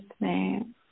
name